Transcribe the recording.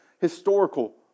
historical